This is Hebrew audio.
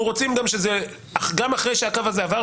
אנחנו רוצים שגם אחרי שהקו הזה יעבור,